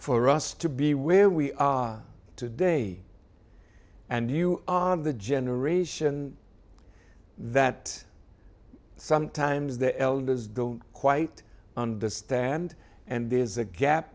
for us to be where we are today and you are the generation that sometimes the elders don't quite understand and there's a gap